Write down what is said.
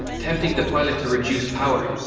tempting the pilot to reduce power.